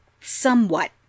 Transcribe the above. somewhat